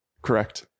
Correct